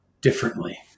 differently